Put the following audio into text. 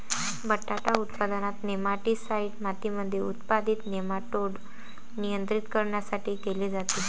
बटाटा उत्पादनात, नेमाटीसाईड मातीमध्ये उत्पादित नेमाटोड नियंत्रित करण्यासाठी केले जाते